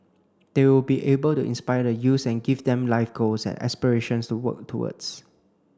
they will be able to inspire the youths and give them life goals and aspirations to work towards